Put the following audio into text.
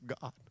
God